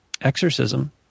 exorcism